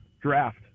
draft